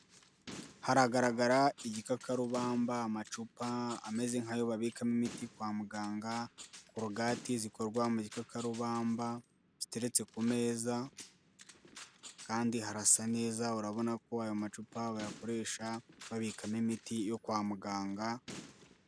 Haragaragara igikakarubamba, amacupa ameze nk'ayo babikamo imiti kwa muganga, korogati zikorwa mu gikakarubamba ziteretse ku meza, kandi harasa neza urabona ko ayo macupa bayakoresha babikamo imiti yo kwa muganga...